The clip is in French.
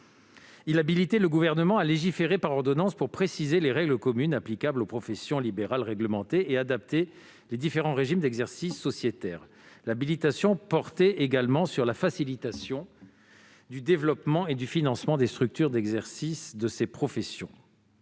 habilitait le Gouvernement à légiférer par ordonnance pour préciser les règles communes applicables aux professions libérales réglementées et adapter les différents régimes d'exercice sociétaire. L'habilitation visait également à faciliter le développement et le financement des structures d'exercice de ces professions.